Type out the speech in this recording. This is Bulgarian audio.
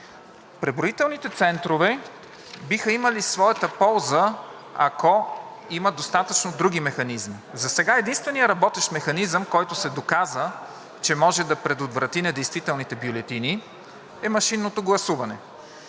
Преброителните центрове биха имали своята полза, ако има достатъчно други механизми. Засега единственият работещ механизъм, който се доказа, че може да предотврати недействителните бюлетини, е машинното гласуване.